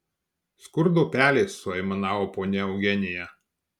skurdo pelės suaimanavo ponia eugenija